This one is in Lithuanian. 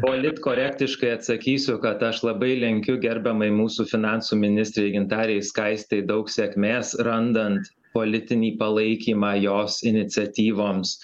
politkorektiškai atsakysiu kad aš labai linkiu gerbiamai mūsų finansų ministrei gintarei skaistei daug sėkmės randant politinį palaikymą jos iniciatyvoms